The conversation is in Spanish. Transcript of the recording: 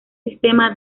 sistema